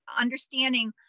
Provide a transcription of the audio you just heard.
understanding